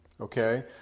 okay